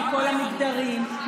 מכל המגדרים,